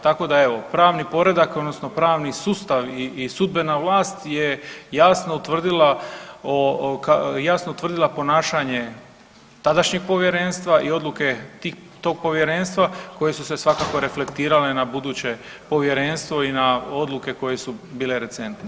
Tako da evo, pravni poredak odnosno pravni sustav i sudbena vlast je jasno utvrdila o, jasno utvrdila ponašanje tadašnjeg povjerenstva i odluke tog povjerenstva koje su se svakako reflektirale na buduće povjerenstvo i na odluke koje su bile recentne.